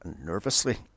nervously